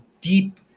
deep